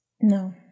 no